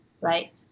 Right